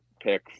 pick